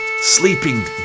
Sleeping